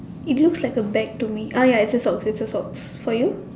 it looks like bag to me ah ya it's a socks it's a socks for you